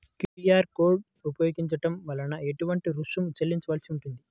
QR code ఉపయోగించటం వలన ఏటువంటి రుసుం చెల్లించవలసి ఉంటుంది?